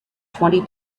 twenty